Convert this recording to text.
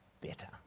better